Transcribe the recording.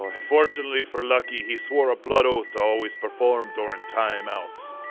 unfortunately for lucky, he swore a blood oath to always perform during timeouts,